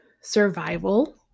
survival